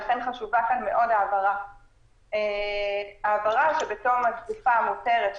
לכן חשובה מאוד ההבהרה שבתום התקופה המותרת,